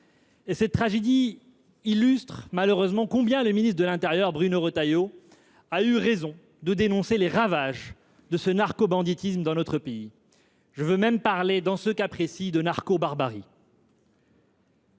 ! Cette tragédie montre malheureusement combien le ministre de l’intérieur, Bruno Retailleau, a eu raison de dénoncer les ravages du narcobanditisme dans notre pays – j’irai même jusqu’à parler, dans ce cas précis, de narcobarbarie.